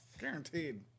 guaranteed